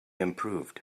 improved